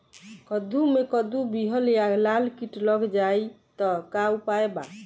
कद्दू मे कद्दू विहल या लाल कीट लग जाइ त का उपाय बा?